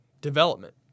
Development